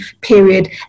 period